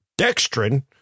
Dextrin